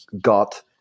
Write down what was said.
got